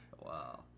Wow